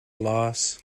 loss